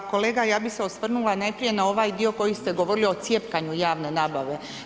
Pa kolega ja bih se osvrnula najprije na ovaj dio koji ste govorili o cjepkanju javne nabave.